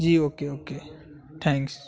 G okay okay thanks